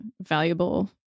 valuable